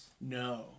No